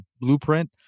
blueprint